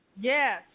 Yes